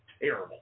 terrible